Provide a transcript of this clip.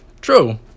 True